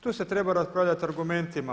Tu se treba raspravljati argumentima.